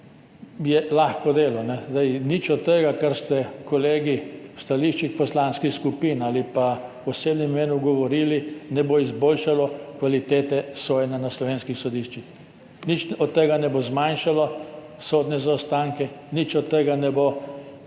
je lahko delo. Nič od tega, kar ste kolegi v stališčih poslanskih skupin ali v osebnem mnenju govorili, ne bo izboljšalo kvalitete sojenja na slovenskih sodiščih. Nič od tega ne bo zmanjšalo sodnih zaostankov, nič od tega ne bo povečalo